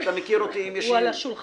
אתה מכיר אותי -- הוא על השולחן.